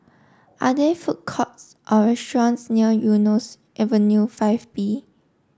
are there food courts or restaurants near Eunos Avenue five B